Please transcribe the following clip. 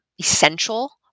essential